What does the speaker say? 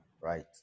right